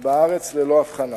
בארץ ללא הבחנה.